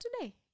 today